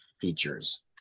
features